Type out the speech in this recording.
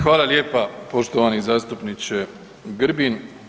Hvala lijepa poštovani zastupniče Grbin.